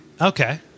Okay